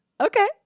Okay